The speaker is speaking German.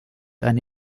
eine